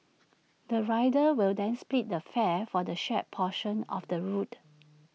the riders will then split the fare for the shared portion of the route